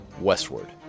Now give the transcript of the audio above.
Westward